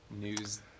news